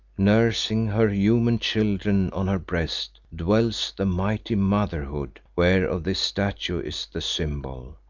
nursing her human children on her breast, dwells the mighty motherhood where of this statue is the symbol,